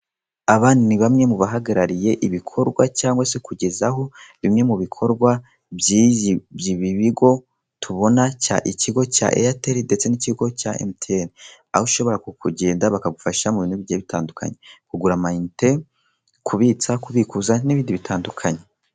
Aba ni bamwe mu bahagariye ibikorwa cyangwa se kugezaho bimwe mu bikorwa by'ibi bigo tubona, ikigo cya eyateri ndetse n'ikigo cya emutiyene, aho ushobora kugenda bakagufasha mu bintu bigiye bitandukanye, kugura amayinite, kubitsa, kubikuza n'ibindi bigiye bitandukanye.